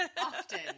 often